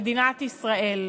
מדינת ישראל.